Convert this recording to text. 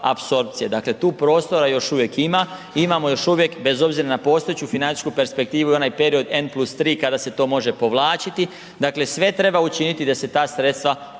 Dakle, tu prostora još uvijek ima, imamo još uvijek bez obzira na postojeću financijsku perspektivu i onaj period n+3 kada se to može povlačiti, dakle sve treba učiniti da se ta sredstva povuku